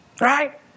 right